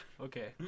okay